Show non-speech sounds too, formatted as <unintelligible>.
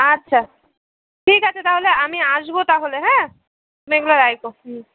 আচ্ছা ঠিক আছে তাহলে আমি আসবো তাহলে হ্যাঁ <unintelligible> এগুলো রেখো হুম